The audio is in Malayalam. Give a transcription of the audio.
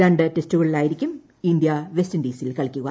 രണ്ടു ടെസ്റ്റുകളായിരിക്കും ഇന്ത്യ വെസ്റ്റിൻഡീസിൽ കളിക്കുക